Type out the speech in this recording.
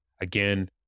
again